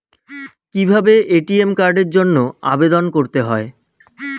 কিভাবে এ.টি.এম কার্ডের জন্য আবেদন করতে হয়?